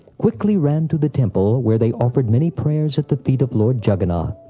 quickly ran to the temple where they offered many prayers at the feet of lord jagannath.